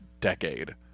decade